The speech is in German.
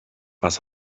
was